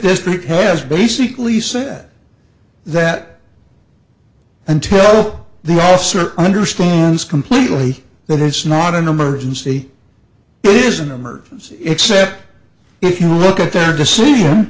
district has basically said that until they're all certain understands completely that it's not an emergency it is an emergency except if you look at their decision